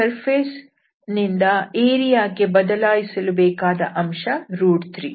surface ನಿಂದ area ಗೆ ಬದಲಾಯಿಸಲು ಬೇಕಾದ ಅಂಶ 3